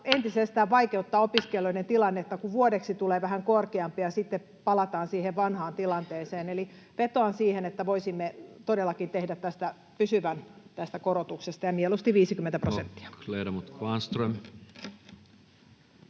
entisestään vaikeuttaa opiskelijoiden tilannetta, kun vuodeksi tulee vähän korkeampi ja sitten palataan siihen vanhaan tilanteeseen. Eli vetoan siihen, että voisimme todellakin tehdä pysyvän tästä korotuksesta ja mieluusti 50 prosenttia.